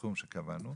לסכום שקבענו,